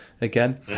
again